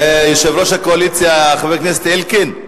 יושב-ראש הקואליציה חבר הכנסת אלקין,